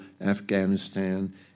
Afghanistan